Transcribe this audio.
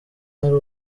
ari